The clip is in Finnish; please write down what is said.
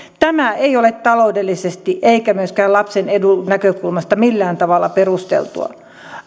tämä ei ole taloudellisesti eikä myöskään lapsen edun näkökulmasta millään tavalla perusteltua